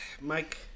Mike